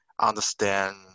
understand